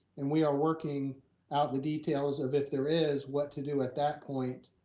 and we are working out the details of if there is what to do at that point.